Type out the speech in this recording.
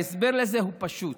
ההסבר לזה הוא פשוט: